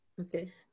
Okay